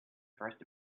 first